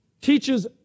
teaches